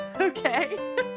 Okay